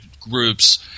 groups